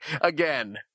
again